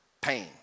pain